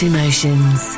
Emotions